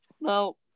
No